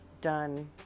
done